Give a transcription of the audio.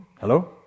Hello